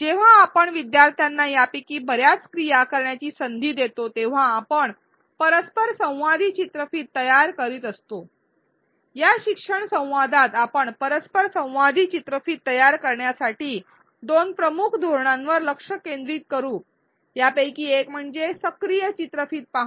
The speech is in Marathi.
जेव्हा आपण विद्यार्थ्यांना यापैकी बर्याच क्रिया करण्याची संधी देतो तेव्हा आपण परस्परसंवादी चित्रफित तयार करीत असतो या शिक्षण संवादात आपण परस्परसंवादी चित्रफित तयार करण्यासाठी दोन प्रमुख धोरणांवर लक्ष केंद्रित करू यापैकी एक म्हणजे सक्रिय चित्रफित पहाणे